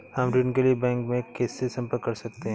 हम ऋण के लिए बैंक में किससे संपर्क कर सकते हैं?